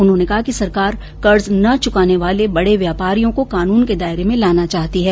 उन्होंने कहा कि सरकार कर्ज न चुकाने वाले बड़े व्यापारियों को कानून के दायरे में लाना चाहती है